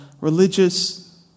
religious